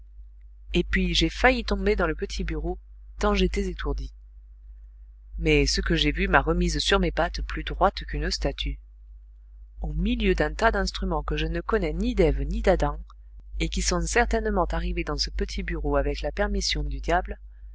et puis j'ai failli tomber dans le petit bureau tant j'étais étourdie mais ce que j'ai vu m'a remise sur mes pattes plus droite qu'une statue au milieu d'un tas d'instruments que je ne connais ni d'eve ni d'adam et qui sont certainement arrivés dans ce petit bureau avec la permission du diable